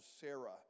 Sarah